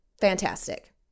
Fantastic